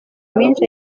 menshi